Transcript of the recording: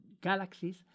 galaxies